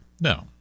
no